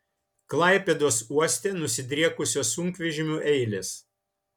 klaipėdos uoste nusidriekusios sunkvežimių eilės